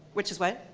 which is what?